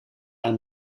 aan